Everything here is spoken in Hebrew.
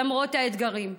למרות האתגרים,